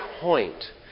point